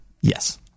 Yes